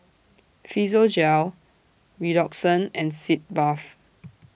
Physiogel Redoxon and Sitz Bath